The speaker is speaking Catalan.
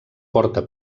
porta